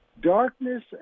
Darkness